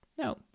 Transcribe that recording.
No